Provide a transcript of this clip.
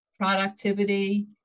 productivity